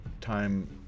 time